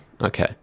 Okay